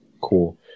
cool